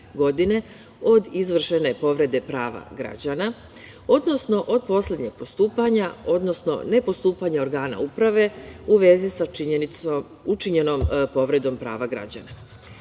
od izvršene povrede prava građana, odnosno od poslednjeg postupanja, odnosno nepostupanja organa uprave u vezi sa učinjenom povredom prava građana.U